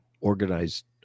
organized